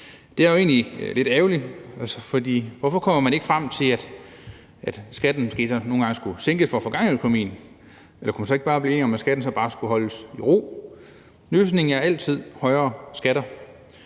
Det er jo egentlig lidt ærgerligt, for hvorfor kommer man ikke frem til, at skatten måske så nogle gange skulle sænkes for at få gang i økonomien? Eller kunne man så ikke bare blive enige om, at skatten så bare skulle holdes i ro? Løsningen er altid højere skatter.